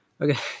Okay